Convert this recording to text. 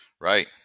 Right